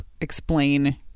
explain